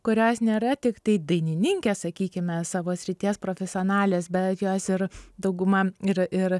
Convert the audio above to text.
kurios nėra tiktai dainininkės sakykime savo srities profesionalės bet jos ir dauguma ir ir